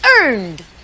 earned